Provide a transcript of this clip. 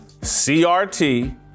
CRT